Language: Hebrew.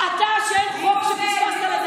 אין משהו יותר חשוב מלעלות